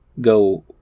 go